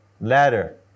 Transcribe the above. ladder